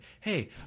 Hey